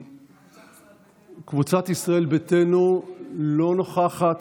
קבוצת ישראל ביתנו לא נוכחת,